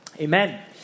Amen